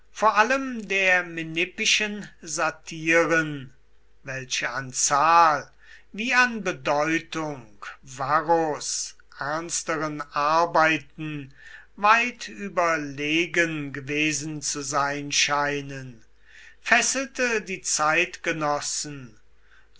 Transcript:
vor allem der menippischen satiren welche an zahl wie an bedeutung varros ernsteren arbeiten weit überlegen gewesen zu sein scheinen fesselte die